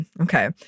Okay